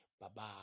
Bye-bye